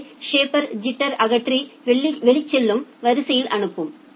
எனவே ஷேப்பர் ஐிட்டர்யை அகற்றி வெளிச்செல்லும் வரிசையில் அனுப்பும்